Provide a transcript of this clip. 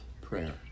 prayer